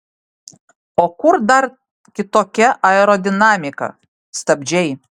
o kur dar kitokia aerodinamika stabdžiai